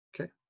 Okay